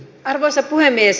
arvoisa puhemies